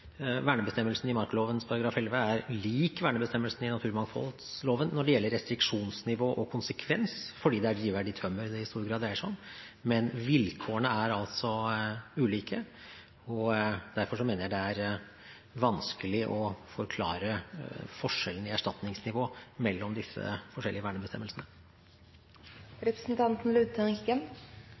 Vernebestemmelsen i markaloven § 11 er lik vernebestemmelsen i naturmangfoldloven når det gjelder restriksjonsnivå og konsekvens, fordi det er drivverdig tømmer det i stor grad dreier seg om. Men vilkårene er ulike, og derfor mener jeg det er vanskelig å forklare forskjellen i erstatningsnivå mellom disse forskjellige